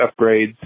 upgrades